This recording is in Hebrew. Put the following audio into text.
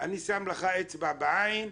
אני שם לך אצבע בעין,